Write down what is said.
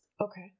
Okay